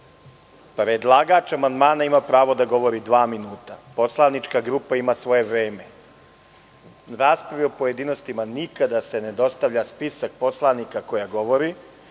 Predlagač amandmana ima pravo da govori dva minuta, poslanička grupa ima svoje vreme.U raspravi u pojedinostima nikada se ne dostavlja spisak poslanika koji govore